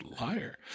Liar